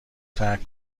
ترک